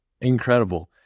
Incredible